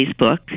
Facebook